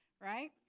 right